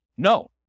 No